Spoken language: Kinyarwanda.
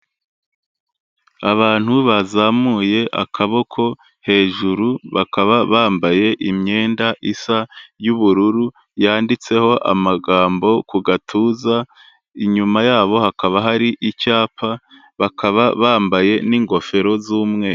Abantu bazamuye akaboko hejuru, bakaba bambaye imyenda isa y'ubururu yanditseho amagambo ku gatuza, inyuma yabo hakaba hari icyapa, bakaba bambaye n'ingofero z'umweru.